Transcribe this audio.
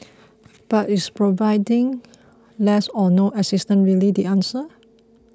but is providing less or no assistance really the answer